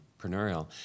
entrepreneurial